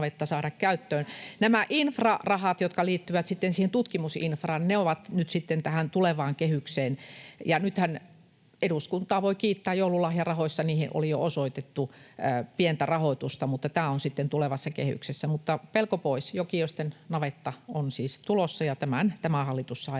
Nämä infrarahat, jotka liittyvät siihen tutkimusinfraan, ovat nyt sitten tähän tulevaan kehykseen. Nythän eduskuntaa voi kiittää joululahjarahoista, kun niihin oli jo osoitettu pientä rahoitusta, mutta tämä on sitten tulevassa kehyksessä. Mutta pelko pois, Jokioisten navetta on siis tulossa, ja tämän tämä hallitus sai